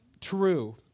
true